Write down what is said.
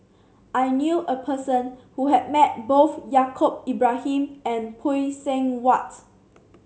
I knew a person who has met both Yaacob Ibrahim and Phay Seng Whatt